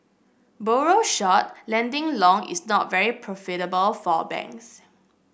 borrow short lending long is not very profitable for banks